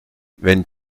wenn